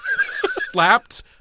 slapped